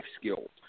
skills